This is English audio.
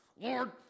Lord